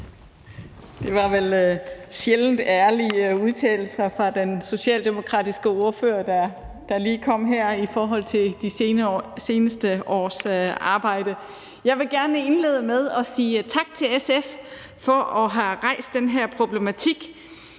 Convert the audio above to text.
Det var vel sjældent ærlige udtalelser fra den socialdemokratiske ordfører, der lige kom her, i forhold til de seneste års arbejde. Jeg vil gerne indlede med at sige tak til SF for at have rejst den her problematik.